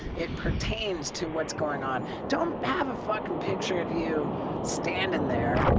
it pertains to what's going on don't have a fucking picture of you stand in there,